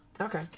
Okay